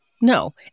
No